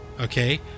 Okay